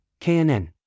KNN